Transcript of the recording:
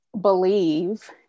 believe